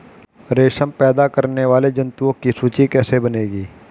रेशम पैदा करने वाले जंतुओं की सूची कैसे बनेगी?